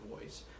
voice